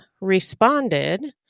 responded